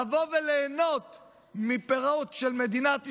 לבוא וליהנות מהפירות של מדינת ישראל,